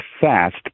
fast